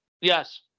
Yes